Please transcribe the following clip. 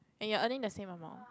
and you are earning the same amount